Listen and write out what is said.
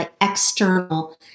external